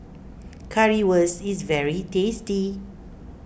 Currywurst is very tasty